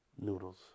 noodles